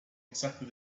exactly